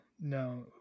no